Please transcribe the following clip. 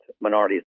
minorities